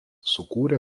sukūrė